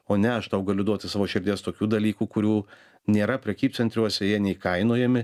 o ne aš tau galiu duoti savo širdies tokių dalykų kurių nėra prekybcentriuose jie neįkainojami